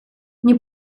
nie